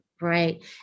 Right